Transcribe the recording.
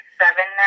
seven